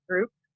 Group